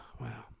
wow